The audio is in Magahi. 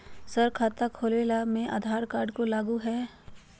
सर खाता खोला गया मैं आधार कार्ड को लागू है हां?